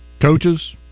Coaches